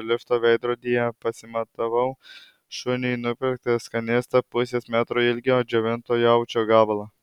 lifto veidrodyje pasimatavau šuniui nupirktą skanėstą pusės metro ilgio džiovintą jaučio gabalą